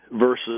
versus